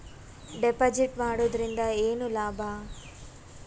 Deposit ಮಾಡುದರಿಂದ ಏನು ಲಾಭ?